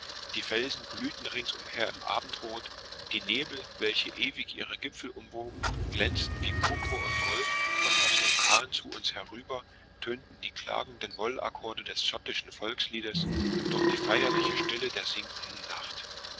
die felsen glühten ringsumher im abendbrot die nebel welche ewig ihre gipfel umwogen glänzten wie purpur und gold und aus dem kahn zu uns herüber tönten die klagenden mollakkorde eines schottischen volksliedes durch die feierliche stille der sinkenden nacht